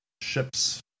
ships